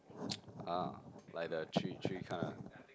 ah like the tree tree kind ah